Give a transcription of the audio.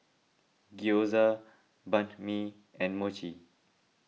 Gyoza Banh Mi and Mochi